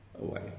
away